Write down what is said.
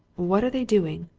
what are they doing?